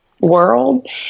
world